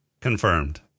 Confirmed